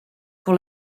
pour